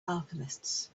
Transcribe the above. alchemists